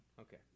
Okay